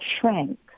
shrank